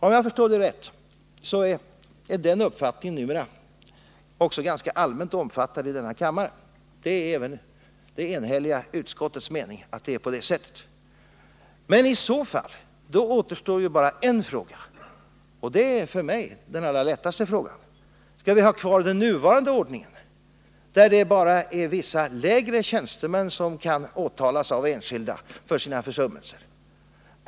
Om jag har förstått det rätt är denna uppfattning numera också ganska allmänt omfattad i denna kammare. Det är också ett enhälligt utskotts mening. Om det är så återstår bara en fråga, och den är för mig den allra lättaste. Skall vi ha kvar den nuvarande ordningen, där det bara är vissa lägre tjänstemän som kan åtalas av enskilda för sina försummelser?